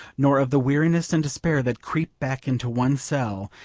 nor of the weariness and despair that creep back into one's cell,